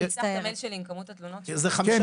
כשאני אפתח את המייל שלי עם כמות התלונות -- כן קטיה,